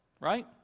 Right